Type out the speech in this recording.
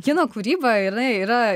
kino kūryba jinai yra